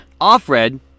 Offred